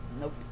Nope